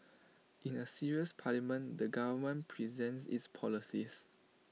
in A serious parliament the government presents its policies